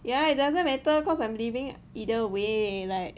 yeah it doesn't matter cause I'm leaving either way like